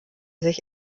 sich